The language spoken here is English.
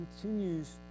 continues